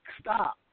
Stop